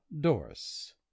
Doris